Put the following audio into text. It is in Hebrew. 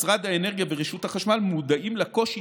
משרד האנרגיה ורשות החשמל מודעים לקושי,